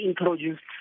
introduced